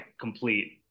complete